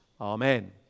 Amen